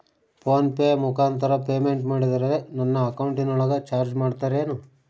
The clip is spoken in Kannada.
ಫೋನ್ ಪೆ ಮುಖಾಂತರ ಪೇಮೆಂಟ್ ಮಾಡಿದರೆ ನನ್ನ ಅಕೌಂಟಿನೊಳಗ ಚಾರ್ಜ್ ಮಾಡ್ತಿರೇನು?